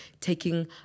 taking